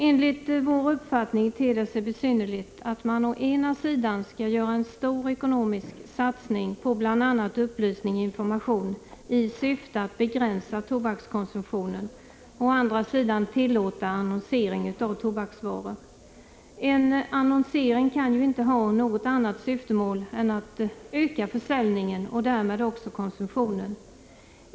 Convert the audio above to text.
Enligt vår uppfattning ter det sig besynnerligt att man å ena sidan skall göra en stor ekonomisk satsning på bl.a. upplysning och information i syfte att begränsa tobakskonsumtionen och å andra sidan tillåter annonsering av tobaksvaror. En annonsering kan ju inte ha något annat syftemål än att öka försäljningen och därmed också konsumtionen.